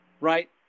right